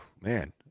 man